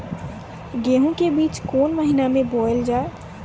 गेहूँ के बीच कोन महीन मे बोएल जाए?